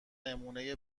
نمونهی